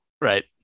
right